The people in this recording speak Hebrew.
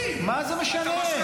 50 שנה.